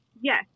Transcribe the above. Yes